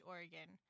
Oregon